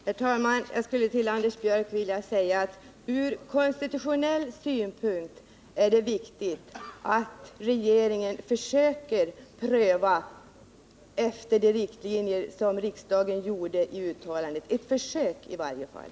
Herr talman! Jag skulle till Anders Björck vilja säga att det ur konstitutionell synpunkt är viktigt att regeringen försöker göra en prövning efter de riktlinjer som riksdagen lagt fast i sitt uttalande — försöker i varje fall.